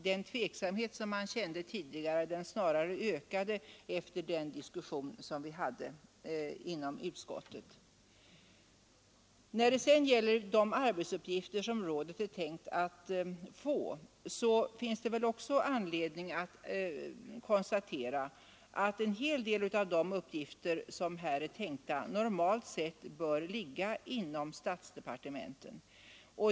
Den tveksamhet som man tidigare känt ökade snarare efter den diskussion som vi hade inom utskottet. Det finns också anledning att konstatera att en hel del av de arbetsuppgifter som rådet är tänkt att få normalt sett bör ligga inom statsdepartementen.